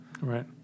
Right